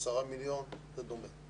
10 מיליון, זה דומה.